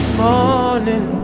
morning